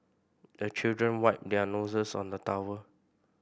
the children wipe their noses on the towel